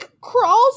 crawls